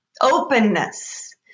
Openness